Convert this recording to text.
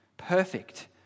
perfect